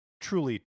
truly